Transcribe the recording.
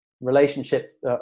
relationship